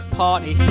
party